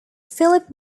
philip